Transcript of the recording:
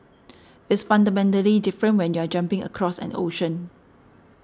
it's fundamentally different when you're jumping across an ocean